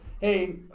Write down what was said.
hey